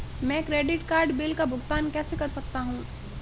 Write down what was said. मैं credit card bill का भुगतान कैसे कर सकता हूं?